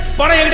banu